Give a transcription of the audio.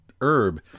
herb